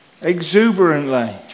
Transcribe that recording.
exuberantly